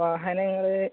വാഹനങ്ങള്